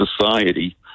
Society